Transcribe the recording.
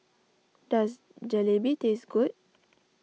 does Jalebi taste good